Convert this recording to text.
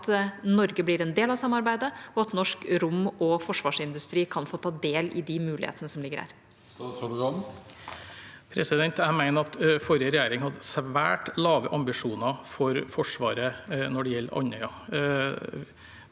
Norge blir en del av samarbeidet, og at norsk rom- og forsvarsindustri kan få ta del i de mulighetene som ligger der. Statsråd Bjørn Arild Gram Jeg mener at den forrige regjeringen hadde svært lave ambisjoner for Forsvaret når det gjelder Andøya.